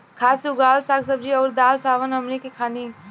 खाद से उगावल साग सब्जी अउर दाल चावल हमनी के खानी